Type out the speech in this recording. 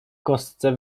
kostce